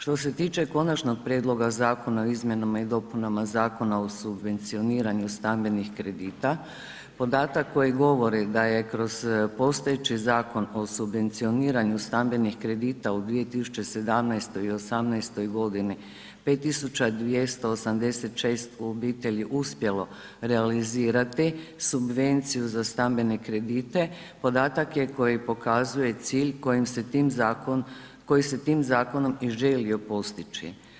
Što se tiče Konačnog prijedloga Zakona o izmjenama i dopunama o subvencioniranju stambenih kredita, podatak koji govori da je kroz postojeći Zakon o subvencioniranju stambenih kredita u 2017. i '18. godini 5.286 obitelji uspjelo realizirati subvenciju za stambene kredite, podatak je koji pokazuje cilj kojim se tim zakonom, koji se tim zakonom i želio postići.